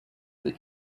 that